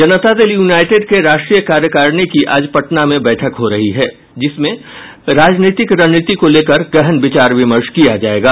जनता Dal United के राष्ट्रीय कार्यकारिणी की आज पटना में बैठक हो रही है जिसमें राजनीतिक रणनीति को लेकर गहन विचार विमर्श किया जायेगा